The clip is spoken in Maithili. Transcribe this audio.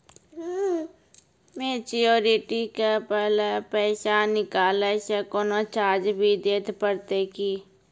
मैच्योरिटी के पहले पैसा निकालै से कोनो चार्ज भी देत परतै की?